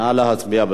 נא להצביע.